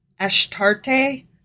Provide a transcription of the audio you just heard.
Ashtarte